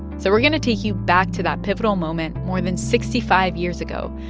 so we're going to take you back to that pivotal moment, more than sixty five years ago,